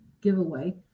giveaway